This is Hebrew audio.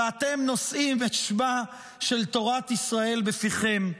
ואתם נושאים את שמה של תורת ישראל בפיכם.